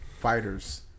fighters